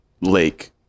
lake